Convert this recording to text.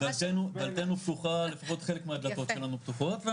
דלתנו פתוחה, לפחות חלק מהדלתות שלנו פתוחות.